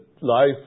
life